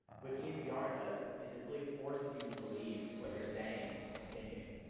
what emdr does is it really forces you to believe what you're saying and thinking.